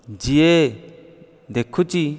ଯିଏ ଦେଖୁଛି